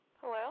Hello